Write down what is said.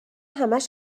همش